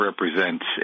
represents